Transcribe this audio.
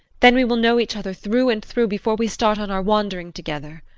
then we will know each other through and through before we start on our wandering together.